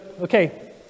Okay